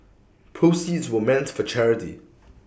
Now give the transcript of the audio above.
proceeds were meant for charity